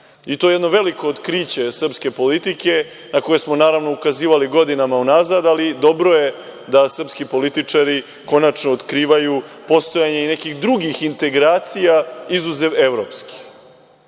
To je jedno veliko otkriće srpske politike, na koje smo, naravno, ukazivali godinama unazad. Ali, dobro je da srpski političari konačno otkrivaju postojanje i nekih drugih integracija izuzev evropskih.